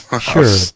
Sure